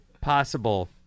possible